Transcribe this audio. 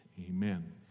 amen